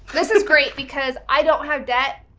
this is great because i don't have debt,